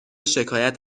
شکایت